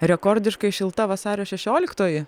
rekordiškai šilta vasario šešioliktoji